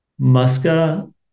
Muska